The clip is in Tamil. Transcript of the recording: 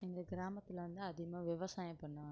எங்கள் கிராமத்தில் வந்து அதிகமாக விவசாயம் பண்ணுவாங்க